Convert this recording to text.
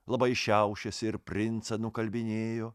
labai šiaušėsi ir princą nukalbinėjo